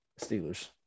Steelers